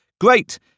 Great